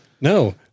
No